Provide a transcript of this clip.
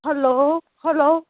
hello hello